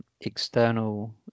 External